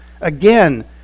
Again